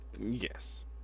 Yes